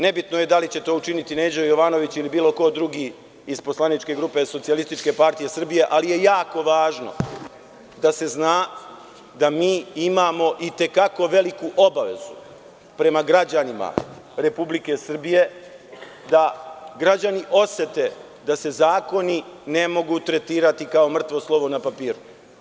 Nebitno je to da li će to učiniti Neđo Jovanović, ili bilo ko drugi iz poslaničke grupe Socijalističke partije Srbije, ali je jako važno da se zna da mi imamo i te kako veliku obavezu prema građanima Republike Srbije da građani osete da se zakoni ne mogu tretirati kao mrtvo slovo na papiru.